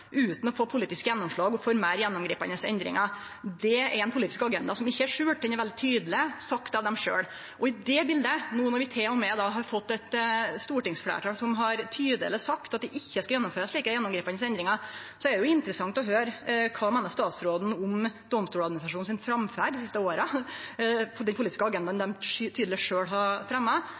utan å få politisk gjennomslag, og for meir gjennomgripande endringar. Det er ein politisk agenda som ikkje er skjult, det er veldig tydeleg sagt av dei sjølv. I det bildet, no når vi til og med har fått eit stortingsfleirtal som tydeleg har sagt at det ikkje skal gjennomførast slike gjennomgripande endringar, er det interessant å høyre kva statsråden meiner om Domstoladministrasjonen si framferd dei siste åra på den politiske agendaen dei tydeleg sjølv har